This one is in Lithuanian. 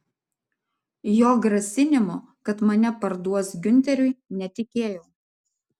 jo grasinimu kad mane parduos giunteriui netikėjau